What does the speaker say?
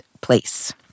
place